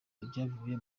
ibyavuye